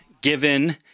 given